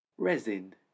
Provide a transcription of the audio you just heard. Resin